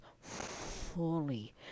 fully